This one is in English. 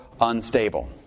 unstable